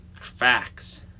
Facts